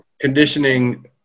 conditioning